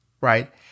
Right